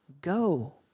go